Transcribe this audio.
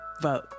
vote